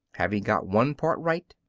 having got one part right,